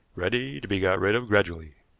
ready to be got rid of gradually.